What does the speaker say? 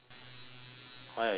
why are you apologising